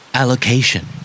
allocation